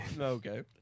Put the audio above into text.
Okay